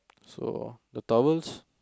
so the towels